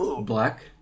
Black